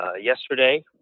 yesterday